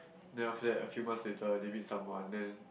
then after that a few months later they meet someone then